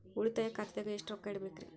ಉಳಿತಾಯ ಖಾತೆದಾಗ ಎಷ್ಟ ರೊಕ್ಕ ಇಡಬೇಕ್ರಿ?